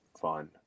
Fine